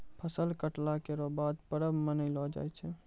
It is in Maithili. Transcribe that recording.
फसल कटला केरो बाद परब मनैलो जाय छै